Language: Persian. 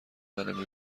منو